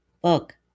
book